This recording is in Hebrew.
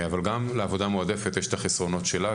אבל גם לעבודה מועדפת יש את החסרונות שלה,